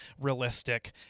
realistic